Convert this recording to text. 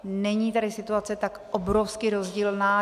Není tedy situace tak obrovsky rozdílná.